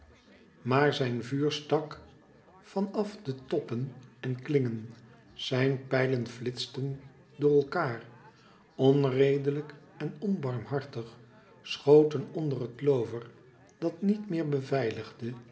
maar zijn vuur stak van af de toppen en klingen zijn pijlen flitsten door elkaar onredelijk en onbarmhartig schoten onder het loover dat niet meer beveiligde